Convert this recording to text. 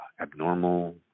abnormal